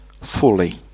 fully